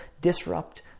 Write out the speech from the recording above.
disrupt